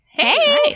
Hey